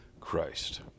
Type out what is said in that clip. Christ